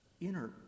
inner